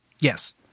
Yes